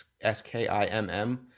S-K-I-M-M